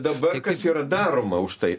dabar kas yra daroma už tai